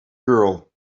girl